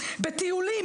בטיולים,